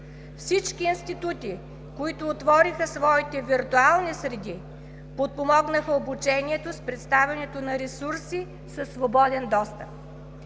Всички институти, които отвориха своите виртуални среди, подпомогнаха обучението с представянето на ресурси със свободен достъп.